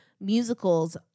musicals